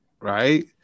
Right